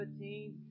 17